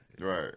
Right